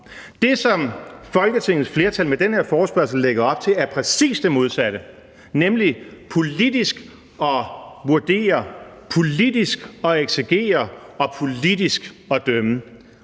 Det, som Folketingets flertal med den her forespørgsel lægger op til, er præcis det modsatte, nemlig politisk at vurdere, politisk at eksegere og politisk at dømme,